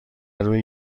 روی